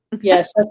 Yes